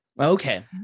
Okay